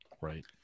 Right